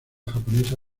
japonesa